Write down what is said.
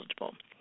eligible